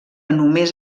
només